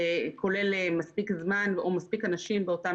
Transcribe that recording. כולל מספיק זמן או מספיק אנשים באותם